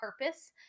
purpose